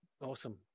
Awesome